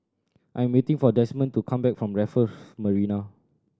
I am waiting for Demond to come back from Raffles Marina